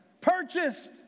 purchased